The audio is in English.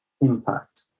impact